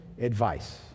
advice